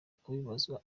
kubibazwa